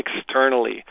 externally